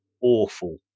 awful